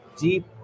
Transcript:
deep